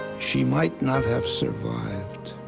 she might not have survived.